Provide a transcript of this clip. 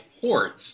ports